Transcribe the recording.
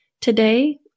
today